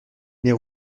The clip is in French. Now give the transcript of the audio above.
les